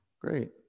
Great